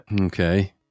Okay